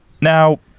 Now